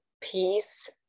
peace